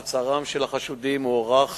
מעצרם של החשודים הוארך